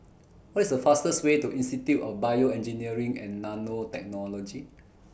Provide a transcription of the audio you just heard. What IS The fastest Way to Institute of Bioengineering and Nanotechnology